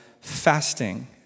fasting